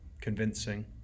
convincing